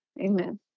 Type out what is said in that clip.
Amen